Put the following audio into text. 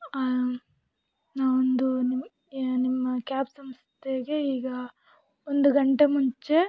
ನಾ ಒಂದು ನಿಮ್ ನಿಮ್ಮ ಕ್ಯಾಬ್ ಸಂಸ್ಥೆಗೆ ಈಗ ಒಂದು ಗಂಟೆ ಮುಂಚೆ